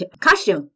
costume